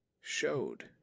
showed